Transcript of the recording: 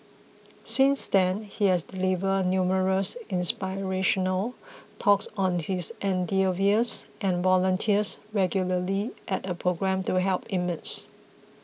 since then he has delivered numerous inspirational talks on his endeavours and volunteers regularly at a programme to help inmates